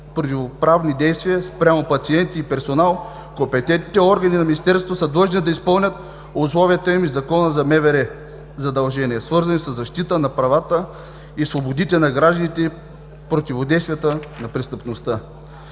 противоправни действия спрямо пациенти и персонал компетентните органи на Министерството са длъжни да изпълнят установените им в Закона за МВР задължения, свързани със защита на правата и свободите на гражданите и противодействие на престъпността.